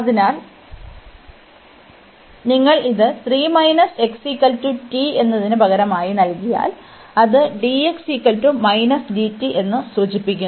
അതിനാൽ നിങ്ങൾ ഇത് എന്നതിന് പകരമായി നൽകിയാൽ അത് എന്ന് സൂചിപ്പിക്കുന്നു